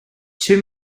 two